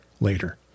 later